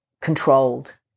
controlled